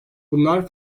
bunlar